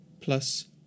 plus